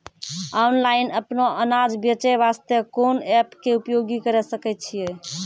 Online अपनो अनाज बेचे वास्ते कोंन एप्प के उपयोग करें सकय छियै?